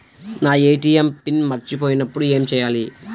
నా ATM PIN మర్చిపోయినప్పుడు ఏమి చేయాలి?